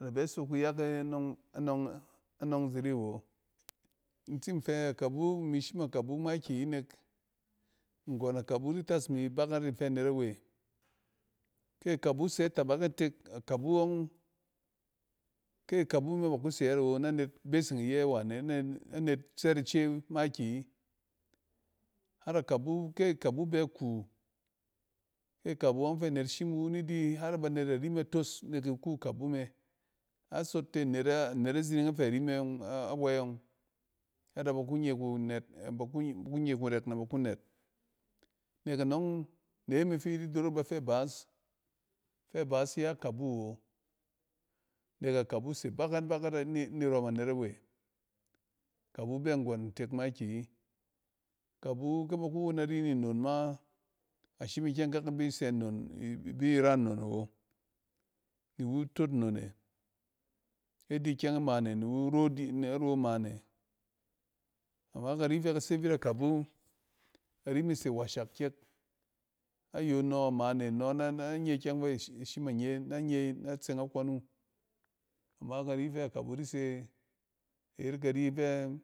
ada bɛ sok kuyak e nɔng, anɔng-anɔng ziri awo. In tsin fɛ akabu im shim akabu makiyinek nggɔn akabu di tas imi bakat ni in fɛ anet awe. kɛ akabu sɛ itabak itek, akabu ɔng, kɛ akabu ba kuse yet awo na net beseng iyɛ wane nɛ net tsɛt ice makiyi. Har akabu, kɛ akabu be ku, kɛ akabu ɔng fɛ anet shim iwu ni di har banet ari me tos nek iku akabu me. Asot tɛ neta, net azining afɛ rime a wey ɔng har nɛ baku nye kunɛt waku nye kurɛk nɛ ba ku nɛt. Nek anɔng neme fiyit di dorat bafɛ ibaas, fɛ baas ya kabu wo nek akabu se bakat bakat-ni irɔm anet awe. Kabu bɛ nggɔn ntek makiyi. Kabu kɛ ba ku won nari mi nnon ma ashim ikyɛng kak na bi sɛ nnon bi ran non awo. Ni wu tot nnone kea di kyɛng mane ne wu ro ne ro mane. Ama kari fɛ ka se vit akabu, kari me se washak kyɛk. ayo nɔ amaane nɔ nɛ nye kyɛng fɛ ash-ashim a nye, nɛ nye nɛ tseng a kɔn wu. Ama kari fɛ akabu dise kayet karifɛ.